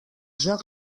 joc